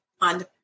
on